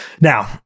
Now